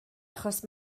achos